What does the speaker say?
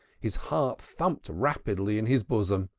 his heart thumped rapidly in his bosom.